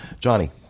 Johnny